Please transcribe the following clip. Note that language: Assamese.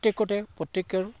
প্ৰত্যেকতে প্ৰত্যেকৰ